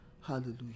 Hallelujah